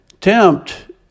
Tempt